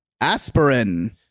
aspirin